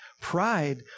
Pride